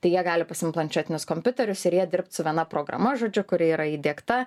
tai jie gali pasiimt planšetinius kompiuterius ir jie dirbt su viena programa žodžiu kuri yra įdiegta